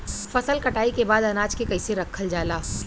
फसल कटाई के बाद अनाज के कईसे रखल जाला?